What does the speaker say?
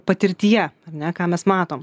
patirtyje ar ne ką mes matom